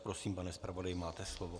Prosím, pane zpravodaji, máte slovo.